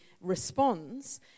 responds